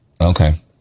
Okay